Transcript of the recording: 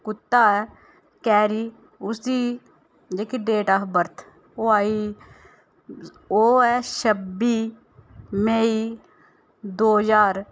कुत्ता ऐ कैरी उसी जेह्की डेट आफ बर्थ ओह् आई ओह् ऐ छब्बी मेई दो ज्हार